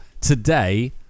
today